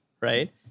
Right